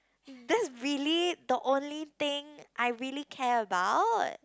that's really the only thing I really care about